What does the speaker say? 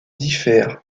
diffère